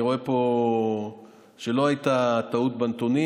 אני רואה פה שלא הייתה טעות בנתונים,